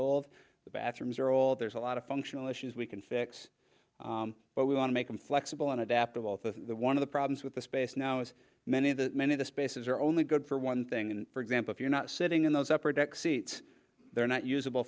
old the bathrooms are old there's a lot of functional issues we can fix but we want to make them flexible and adaptable one of the problems with the space now is many of the men in the spaces are only good for one thing and for example if you're not sitting in those upper deck seats they're not usable